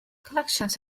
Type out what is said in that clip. collections